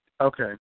Okay